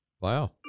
Wow